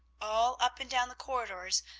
all up and down the corridors,